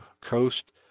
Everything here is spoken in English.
coast